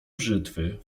brzytwy